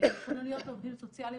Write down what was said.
תכנון עלויות לעובדים סוציאליים,